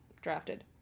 drafted